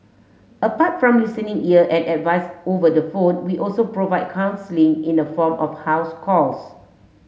apart from listening ear and advice over the phone we also provide counselling in the form of house calls